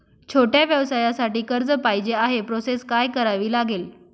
छोट्या व्यवसायासाठी कर्ज पाहिजे आहे प्रोसेस काय करावी लागेल?